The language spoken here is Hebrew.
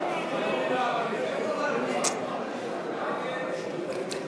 הצעת סיעות חד"ש רע"ם-תע"ל-מד"ע בל"ד להביע אי-אמון בממשלה לא נתקבלה.